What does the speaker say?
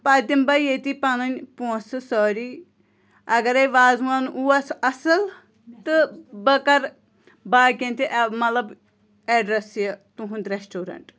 پتہٕ دِمہٕ بہٕ ییٚتی پَنٕنۍ پونٛسہٕ سٲری اگرے وازوان اوس اَصٕل تہٕ بہٕ کَرٕ باقِیَن تہِ مطلب اٮ۪ڈرَس یہِ تُہُنٛد رٮسٹورَنٹ